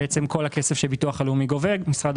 בעצם כל הכסף שהביטוח הלאומי גובה משרד